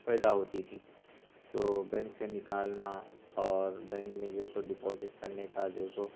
پیدا ہوتی تھی تو بینک سے نکالنا اور بینک میں جو سو ڈپوزٹ کرنے کا جو سو